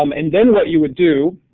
um and then what you would do